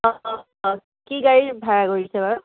অ' কি গাড়ী ভাড়া কৰিছে বাৰু